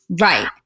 Right